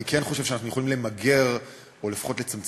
אני כן חושב שאנחנו יכולים למגר או לפחות לצמצם